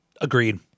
Agreed